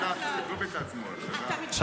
--- חברת הכנסת בן ארי, קריאה ראשונה.